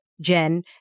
Jen